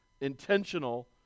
intentional